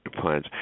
plans